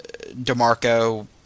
DeMarco